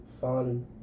fun